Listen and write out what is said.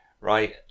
right